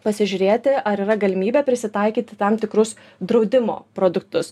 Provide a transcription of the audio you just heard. pasižiūrėti ar yra galimybė prisitaikyti tam tikrus draudimo produktus